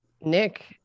Nick